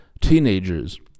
teenagers